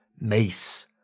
Mace